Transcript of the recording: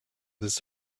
this